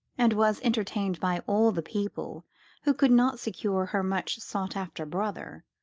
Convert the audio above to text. and was entertained by all the people who could not secure her much-sought-after brother,